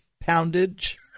poundage